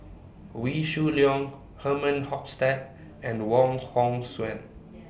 Wee Shoo Leong Herman Hochstadt and Wong Hong Suen